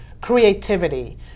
creativity